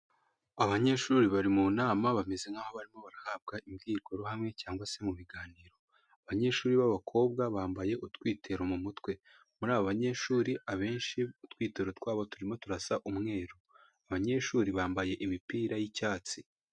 Abanyeshuri bari mu nama bameze nk'aho barimo barahabwa imbyirwaruhame cyangwa se mu biganiro abanyeshuri b'abakobwa bambaye utwitero mu mutwe muri aba banyeshuri abenshi mu twitero twabo turimo turasa umweru abanyeshuri bambaye imipira y'icyatsi.